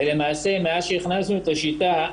ולמעשה מאז שהכנסנו את השיטה,